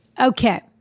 Okay